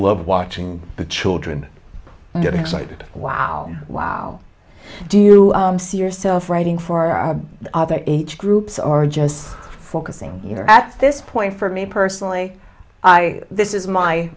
loved watching the children get excited wow wow do you see yourself writing for our age groups are just focusing here at this point for me personally i this is my